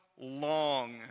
long